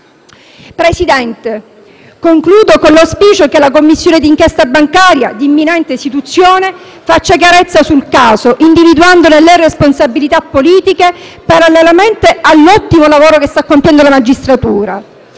Presidente, concludo con l'auspicio che la Commissione di inchiesta bancaria di imminente istituzione faccia chiarezza sul caso, individuandone le responsabilità politiche parallelamente all'ottimo lavoro che sta compiendo la magistratura,